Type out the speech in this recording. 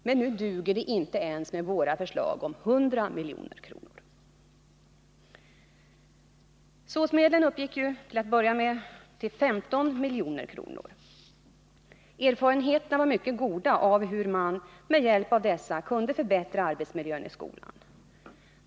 Men nu duger det inte ens med våra förslag om 100 milj.kr. SÅS-medlen uppgick från början till 15 milj.kr. Erfarenheterna av hur man med hjälp av dessa medel kunde förbättra arbetsmiljön i skolan var mycket goda.